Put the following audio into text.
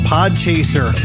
Podchaser